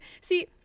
See